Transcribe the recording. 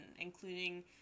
including